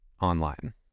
online